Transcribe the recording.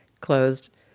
closed